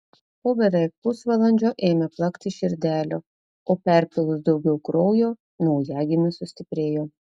po beveik pusvalandžio ėmė plakti širdelė o perpylus daugiau kraujo naujagimis sustiprėjo